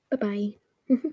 Bye-bye